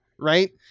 right